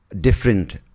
different